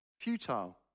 futile